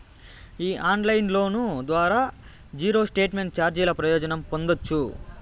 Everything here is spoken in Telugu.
ఈ ఆన్లైన్ లోన్ల ద్వారా జీరో స్టేట్మెంట్ చార్జీల ప్రయోజనం పొందచ్చు